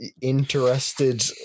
interested